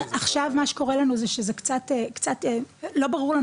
עכשיו מה שקורה לנו זה שזה קצת לא ברור לנו